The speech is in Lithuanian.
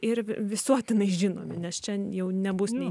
ir visuotinai žinomi nes čia jau nebus nei